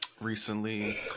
Recently